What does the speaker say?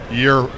year